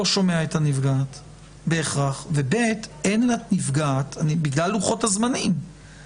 לא היה בכלל כלי לתביעה לסנן את